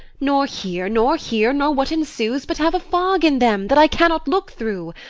nor here, nor here, nor what ensues, but have a fog in them that i cannot look through.